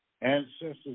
ancestors